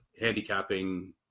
handicapping